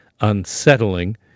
unsettling